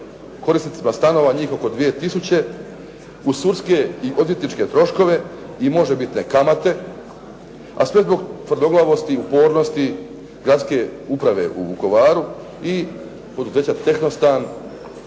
korisnicima stanova, njih oko 2 000 u sudske i odvjetničke troškove i možebitne kamate, a sve zbog tvrdoglavosti, upornosti gradske uprave u Vukovaru i poduzeća Tehnostan